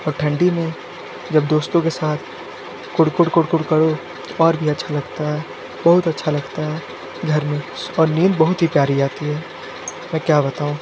और ठंडी मे जब दोस्तों के साथ कुड़कुड कुड़कुड करो और भी अच्छा लगता है बहुत अच्छा लगता है घर मे और नींद बहुत ही प्यारी आती है मैं क्या बताऊं